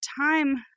time